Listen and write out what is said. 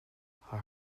haar